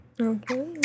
Okay